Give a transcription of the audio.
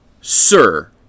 Sir